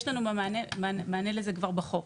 יש לנו מענה לזה כבר בחוק,